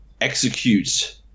execute